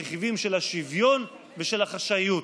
הרכיבים של השוויון ושל החשאיות.